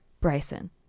Bryson